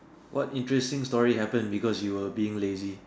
what interesting story happened because you were being lazy